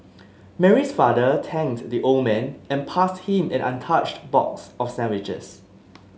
Mary's father thanked the old man and passed him an untouched box of sandwiches